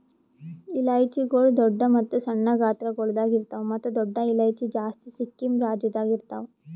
ಇಲೈಚಿಗೊಳ್ ದೊಡ್ಡ ಮತ್ತ ಸಣ್ಣ ಗಾತ್ರಗೊಳ್ದಾಗ್ ಇರ್ತಾವ್ ಮತ್ತ ದೊಡ್ಡ ಇಲೈಚಿ ಜಾಸ್ತಿ ಸಿಕ್ಕಿಂ ರಾಜ್ಯದಾಗ್ ಇರ್ತಾವ್